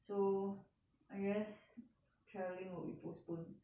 so I guess travelling will be postponed